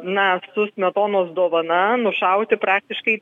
na su smetonos dovana nušauti praktiškai